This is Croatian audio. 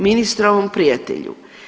Ministrovom prijatelju.